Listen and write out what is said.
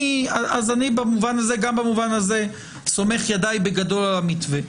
אני במובן הזה גם סומך את ידיי בגדול על המתווה.